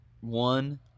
one